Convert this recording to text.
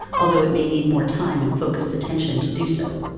although it may need more time and focused attention to do so.